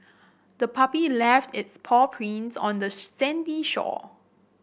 the puppy left its paw prints on the sandy shore